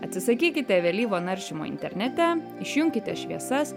atsisakykite vėlyvo naršymo internete išjunkite šviesas